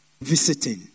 visiting